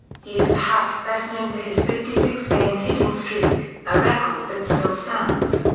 he is perhaps best known for his fifty six game hitting streak, a record that still stands.